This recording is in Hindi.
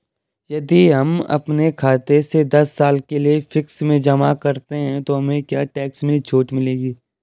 यदि हम अपने खाते से दस साल के लिए फिक्स में जमा करते हैं तो हमें क्या टैक्स में छूट मिलेगी?